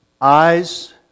eyes